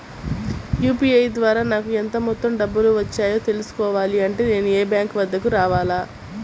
UPI ద్వారా నాకు ఎంత మొత్తం డబ్బులు వచ్చాయో తెలుసుకోవాలి అంటే నేను బ్యాంక్ వద్దకు రావాలా?